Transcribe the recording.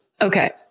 Okay